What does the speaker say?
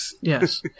Yes